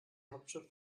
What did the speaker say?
hauptstadt